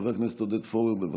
חבר הכנסת עודד פורר, בבקשה.